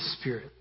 spirit